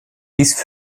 dies